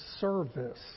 service